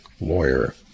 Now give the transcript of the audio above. lawyer